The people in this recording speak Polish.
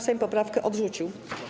Sejm poprawkę odrzucił.